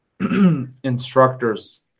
instructors